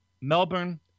Melbourne